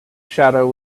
shadow